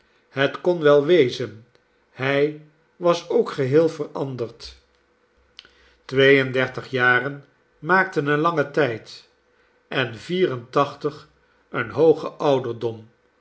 het kon wel wezen hij was ook geheel veranderd twee en dertig jaren maakten een langen tijd en vier en tachtig een hoogen ouderdom